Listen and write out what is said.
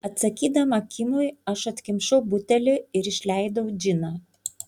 atsakydama kimui aš atkimšau butelį ir išleidau džiną